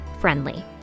friendly